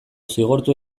zigortu